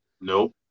Nope